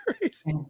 crazy